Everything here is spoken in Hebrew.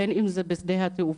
בין אם זה בשדה התעופה,